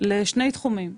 לשני תחומים.